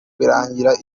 birangira